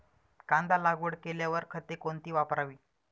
कांदा लागवड केल्यावर खते कोणती वापरावी?